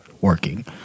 working